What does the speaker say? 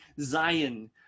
Zion